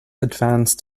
advanced